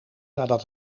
nadat